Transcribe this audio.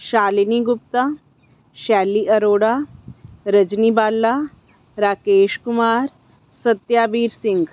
Shalini Gupta Shaili Arora Rajni Bala Rakesh Kumar Satyavir Singh